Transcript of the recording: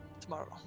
tomorrow